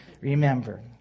remember